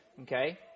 Okay